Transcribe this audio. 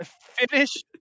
Finish